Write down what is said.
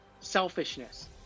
selfishness